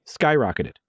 skyrocketed